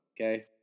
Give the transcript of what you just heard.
Okay